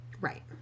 right